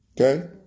Okay